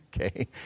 okay